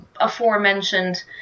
aforementioned